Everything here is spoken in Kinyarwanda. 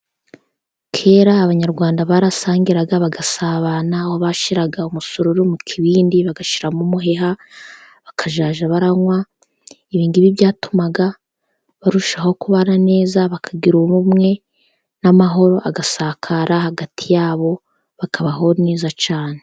Kera abanyarwanda barasangiraga bagasabana, aho bashyiraga umusururu mu kibindi bagashyiramo umuheha, bakazajya banywa, ibingibi byatumaga barushaho kubana neza bakagira ubumwe n'amahoro agasakara hagati yabo, bakabaho neza cyane.